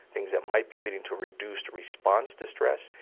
things that might be leading to reduced response to stress,